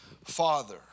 Father